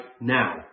now